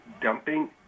dumping